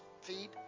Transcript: feed